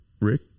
Rick